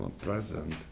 present